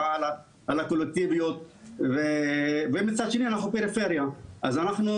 על הקולקטיביות ומצד שני אנחנו פריפריה אז אנחנו